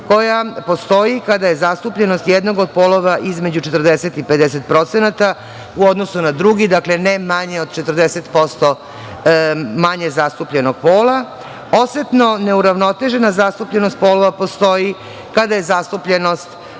koja postoji kada je zastupljenost jednog od polova između 40% i 50% u odnosu na drugi. Dakle, ne manje od 40% manje zastupljenog pola. Osetno neuravnotežena zastupljenost polova postoji kada je zastupljenost